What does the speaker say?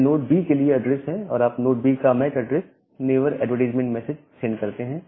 यह node B के लिए एड्रेस है और आप नोड B का MAC address neighbour advertisement message send करते हैं